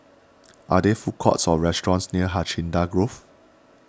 are there food courts or restaurants near Hacienda Grove